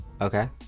Okay